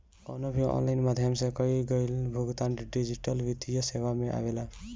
कवनो भी ऑनलाइन माध्यम से कईल गईल भुगतान डिजिटल वित्तीय सेवा में आवेला